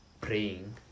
praying